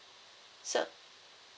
so